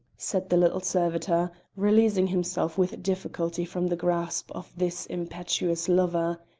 said the little servitor, releasing himself with difficulty from the grasp of this impetuous lover.